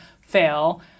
fail